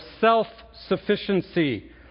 self-sufficiency